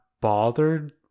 bothered